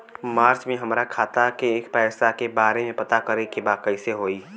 मार्च में हमरा खाता के पैसा के बारे में पता करे के बा कइसे होई?